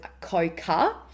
coca